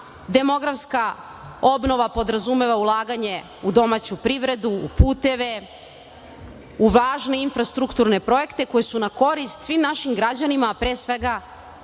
Demografska obnova podrazumeva ulaganje u domaću privredu, u puteve, u važne infrastrukturne projekte koji su na korist svim našim građanima, a pre svega